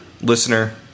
Listener